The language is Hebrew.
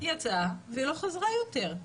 היא יצאה ולא חזרה יותר.